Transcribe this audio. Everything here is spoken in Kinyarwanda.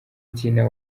tina